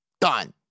done